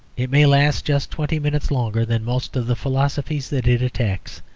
it may last just twenty minutes longer than most of the philosophies that it attacks.